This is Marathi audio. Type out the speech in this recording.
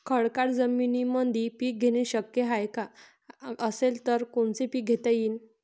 खडकाळ जमीनीमंदी पिके घेणे शक्य हाये का? असेल तर कोनचे पीक घेता येईन?